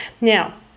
Now